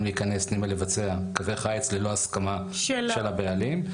להיכנס ולבצע קווי חיץ ללא הסכמה של הבעלים.